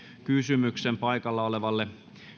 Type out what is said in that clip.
kysymyksen paikalla olevalle